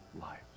life